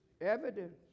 Evidence